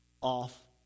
off